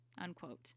unquote